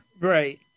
right